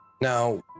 Now